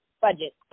Budget